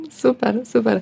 super super